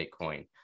Bitcoin